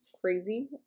crazy